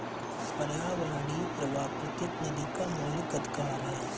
पर्यावरणीय प्रवाह प्रत्येक नदी का मौलिक अधिकार है